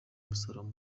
umusaruro